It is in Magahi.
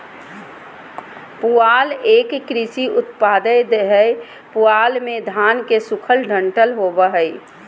पुआल एक कृषि उपोत्पाद हय पुआल मे धान के सूखल डंठल होवो हय